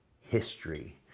history